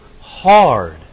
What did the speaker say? hard